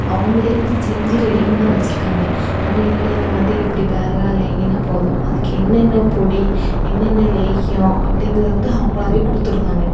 அவங்களே வந்து செஞ்சு ரெடிமேடாக வச்சிருக்காங்க நம்ம இல்லை நம்ம வந்து இப்படி பேறுகால லேகியந்தான் போதும் அதுக்கு என்னென்ன பொடி என்னென்ன லேகியம் அப்படிங்கிறது வந்து அவங்களாவே கொடுத்துடுதாங்க